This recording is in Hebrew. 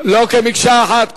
כמקשה אחת?